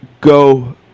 go